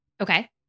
Okay